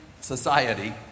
society